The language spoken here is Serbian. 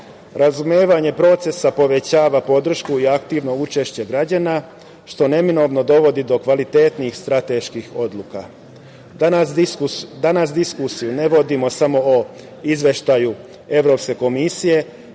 Srbije. Razumevanje procesa povećava podršku i aktivno učešće građana, što neminovno dovodi do kvalitetnijih strateških odluka. Danas diskusiju ne vodimo samo o Izveštaju Evropske komisije,